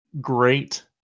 great